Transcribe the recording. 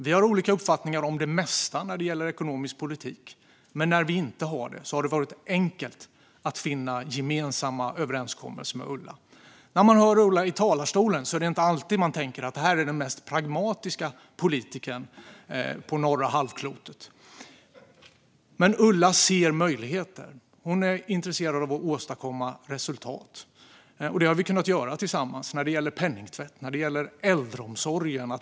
Vi har olika uppfattningar om det mesta när det gäller ekonomisk politik, men när vi inte har haft det har det varit enkelt att finna gemensamma överenskommelser med Ulla. När man hör Ulla i talarstolen är det inte alltid man tänker att det är den mest pragmatiska politikern på norra halvklotet. Men Ulla ser möjligheter. Hon är intresserad av att åstadkomma resultat. Och det har vi kunnat göra tillsammans när det gäller penningtvätt och när det gäller äldreomsorgen.